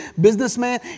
businessman